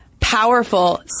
powerful